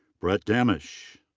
brett damisch.